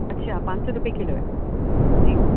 اچھا پانچ سو روپے کیلو ہے جی